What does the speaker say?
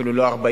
אפילו לא 40%,